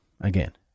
again